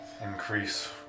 increase